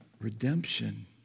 redemption